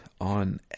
on